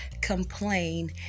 complain